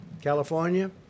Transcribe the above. California